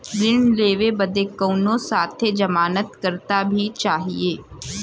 ऋण लेवे बदे कउनो साथे जमानत करता भी चहिए?